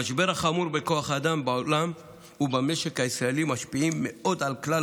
המשבר החמור בכוח האדם בעולם ובמשק הישראלי משפיע מאוד על כלל